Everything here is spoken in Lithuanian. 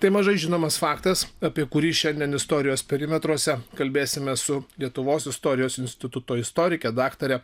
tai mažai žinomas faktas apie kurį šiandien istorijos perimetruose kalbėsime su lietuvos istorijos instituto istorike daktare